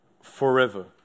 Forever